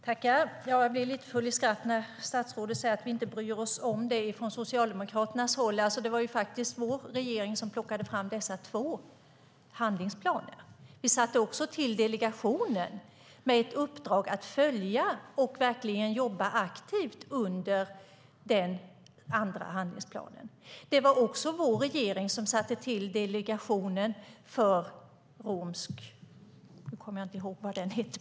Herr talman! Jag blir lite full i skratt när statsrådet säger att vi inte bryr oss om detta från Socialdemokraternas håll. Det var faktiskt vår regering som plockade fram dessa två handlingsplaner. Vi satte också till delegationen, med ett uppdrag att följa det här och verkligen jobba aktivt under den andra handlingsplanen. Det var också vår regering som satte till delegationen för romsk. - nu kommer jag inte ihåg vad den hette.